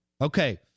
Okay